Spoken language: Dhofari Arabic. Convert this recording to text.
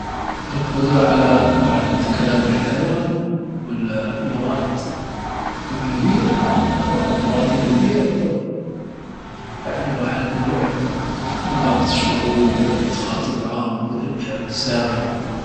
القدرة على معرفة كلام الحيوان والا اللغات الأجنبية؟ طبعا اللغات الأجنبية أفضل. يعني الواحد يعرق ثقافة الشعوب، يعرف التخاطب معهم ويعرف يسافر.